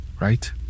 right